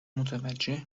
متوجه